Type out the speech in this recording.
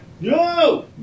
no